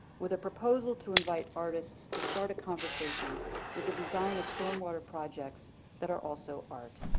with a proposal to invite artists to start a conversation with the design of storm water projects that are also art.